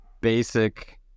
basic